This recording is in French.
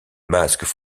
masques